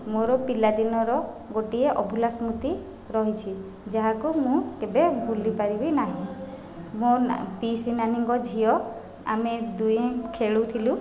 ମୋ'ର ପିଲାଦିନର ଗୋଟିଏ ଅଭୁଲା ସ୍ମୃତି ରହିଛି ଯାହାକୁ ମୁଁ କେବେ ଭୁଲି ପାରିବି ନାହିଁ ମୋ' ନା ପିଇସି ନାନୀଙ୍କ ଝିଅ ଆମେ ଦୁହେଁ ଖେଳୁଥିଲୁ